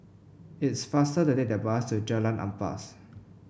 it's faster to take the bus to Jalan Ampas